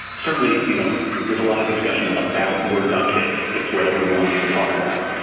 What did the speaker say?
certainly you know there's a lot of discussion about words on cakes, it's what everyone wants to talk about,